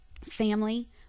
family